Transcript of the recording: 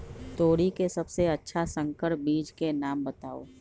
तोरी के सबसे अच्छा संकर बीज के नाम बताऊ?